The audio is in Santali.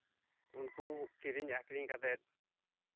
ᱩᱱᱠᱩ ᱠᱤᱨᱤᱧ ᱟᱹᱠᱷᱨᱤᱧ ᱠᱟᱛᱮᱫ